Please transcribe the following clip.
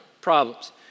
problems